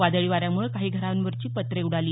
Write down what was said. वादळी वाऱ्यामुळे काही घरावरची पत्रे उडाली